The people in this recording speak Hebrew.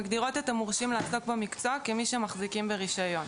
מגדירות את המורשים לעסוק במקצוע כמי שמחזיקים ברישיון.